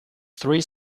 three